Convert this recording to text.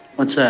what's that?